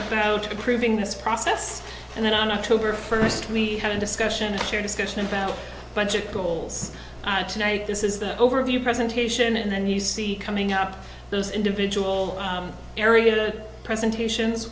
about approving this process and then on october first we had a discussion at your discussion about budget goals tonight this is the overview presentation and then you see coming up those individual arrogated presentations